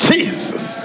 Jesus